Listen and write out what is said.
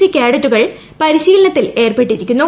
C കാഡറ്റുകൾ പരിശീലനത്തിൽ ഏർപ്പെട്ടിരിക്കുന്നു